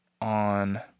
on